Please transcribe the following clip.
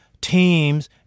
Teams